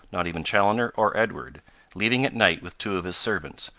not even chaloner or edward leaving at night with two of his servants,